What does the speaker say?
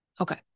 Okay